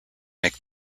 make